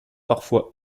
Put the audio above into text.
parfois